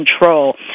control